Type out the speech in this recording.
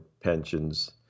pensions